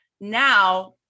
Now